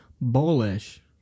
Bullish